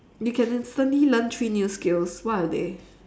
you can instantly learn three new skills what are they